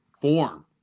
form